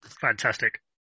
Fantastic